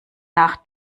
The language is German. nach